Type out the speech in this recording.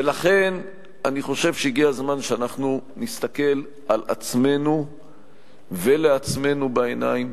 ולכן אני חושב שהגיע הזמן שאנחנו נסתכל על עצמנו ולעצמנו בעיניים